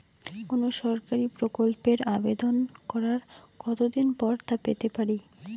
কোনো সরকারি প্রকল্পের আবেদন করার কত দিন পর তা পেতে পারি?